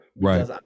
Right